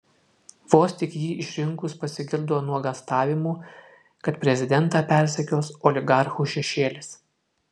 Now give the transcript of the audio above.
vos tik jį išrinkus pasigirdo nuogąstavimų kad prezidentą persekios oligarchų šešėlis